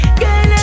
girl